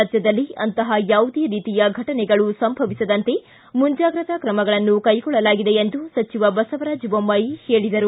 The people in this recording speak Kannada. ರಾಜ್ಯದಲ್ಲಿ ಅಂತಹ ಯಾವುದೇ ರೀತಿಯ ಘಟನೆಗಳು ಸಂಭವಿಸದಂತೆ ಮುಂಜಾಗ್ರತಾ ಕ್ರಮಗಳನ್ನು ಕೈಗೊಳ್ಳಲಾಗಿದೆ ಎಂದು ಬಸವರಾಜ್ ಬೊಮ್ನಾಯಿ ಹೇಳಿದರು